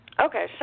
Okay